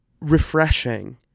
refreshing